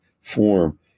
form